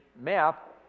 map